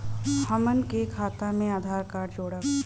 हमन के खाता मे आधार कार्ड जोड़ब?